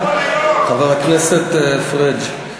חבר הכנסת פריג',